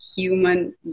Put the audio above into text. human